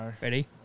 Ready